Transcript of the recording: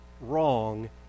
wrong